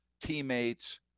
teammates